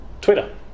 Twitter